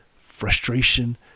frustration